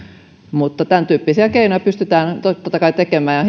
mutta tämäntyyppisiä keinoja pystytään totta kai käyttämään ja